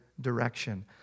direction